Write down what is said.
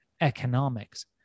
economics